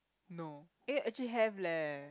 no eh actually have leh